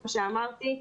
כפי שאמרתי,